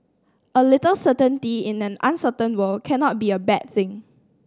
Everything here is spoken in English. a little certainty in an uncertain world cannot be a bad thing